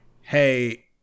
hey